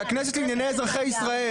זה הכנסת לענייני אזרחי ישראל.